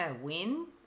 win